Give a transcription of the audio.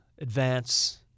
advance